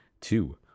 two